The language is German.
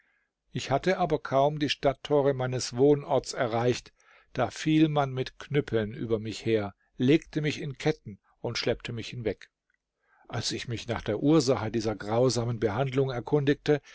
ich hatte aber kaum die stadttore meines wohnorts erreicht da fiel man mit knüppeln über mich her legte mich in ketten und schleppte mich hinweg als ich mich nach der ursache dieser grausamen behandlung erkundigte